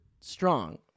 strong